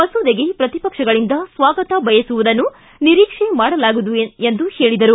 ಮಸೂದೆಗೆ ಪ್ರತಿಪಕ್ಕಗಳಿಂದ ಸ್ವಾಗತ ಬಯಸುವುದನ್ನು ನಿರೀಕ್ಷೆ ಮಾಡಲಾಗದು ಎಂದು ಹೇಳಿದರು